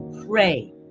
pray